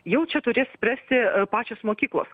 jau čia turės spręsti pačios mokyklos